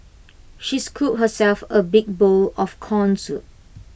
she scooped herself A big bowl of Corn Soup